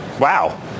Wow